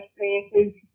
experiences